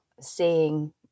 seeing